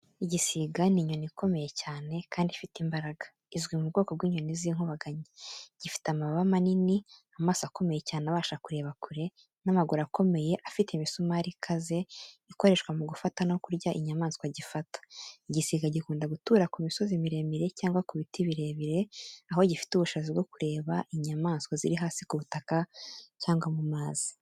Igisiga ni inyoni ikomeye cyane kandi ifite imbaraga, izwi mu bwoko bw’inyoni z’inkubaganyi. Gifite amababa manini, amaso akomeye cyane abasha kureba kure, n’amaguru akomeye afite imisumari ikaze ikoreshwa mu gufata no kurya inyamaswa gifata. Igisiga gikunda gutura ku misozi miremire cyangwa ku biti birebire, aho kiba gifite ubushobozi bwo kureba inyamaswa ziri hasi ku butaka cyangwa mu mazi.